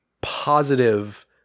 positive